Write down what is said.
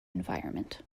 environment